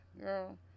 girl